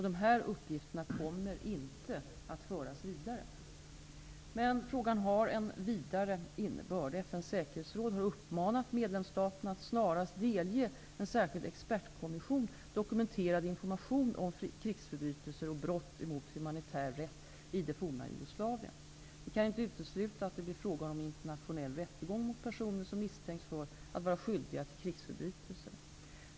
Dessa uppgifter kommer inte att föras vidare. Men frågan har en vidare innebörd. FN:s säkerhetsråd har uppmanat medlemsstaterna att snarast delge en särskild expertkommission dokumenterad information om krigsförbrytelser och brott mot humanitär rätt i det forna Jugoslavien. Det kan inte uteslutas att det blir fråga om en internationell rättegång mot personer som misstänks för att vara skyldiga till krigsförbrytelser.